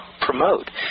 promote